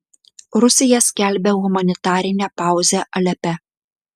rusija skelbia humanitarinę pauzę alepe